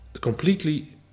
completely